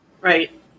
Right